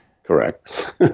Correct